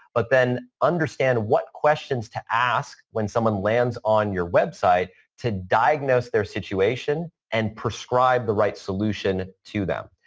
but then understand what questions to ask when someone lands on your website to diagnose their situation and prescribe the right solution to them.